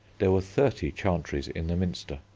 there were thirty chantries in the minster.